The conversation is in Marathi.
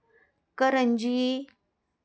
करंजी